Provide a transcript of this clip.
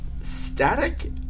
Static